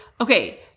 okay